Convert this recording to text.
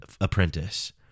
apprentice